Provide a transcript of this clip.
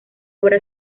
obra